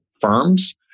firms